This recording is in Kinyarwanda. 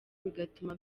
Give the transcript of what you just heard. bigatuma